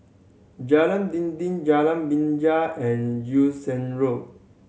Jalan Dinding Jalan Binja and Sheng Road